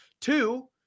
Two